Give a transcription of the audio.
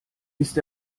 ist